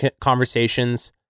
conversations